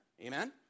Amen